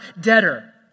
debtor